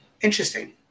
interesting